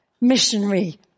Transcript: missionary